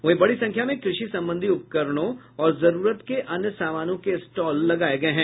वहीं बड़ी संख्या में कृषि संबंधी उपकरणों और जरूरत के अन्य सामानों के स्टॉल लगाये गये हैं